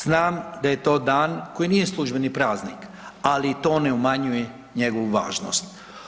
Znam da je to dan koji nije službeni praznik, ali to ne umanjuje njegovu važnost.